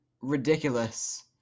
ridiculous